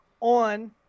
on